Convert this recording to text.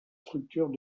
structures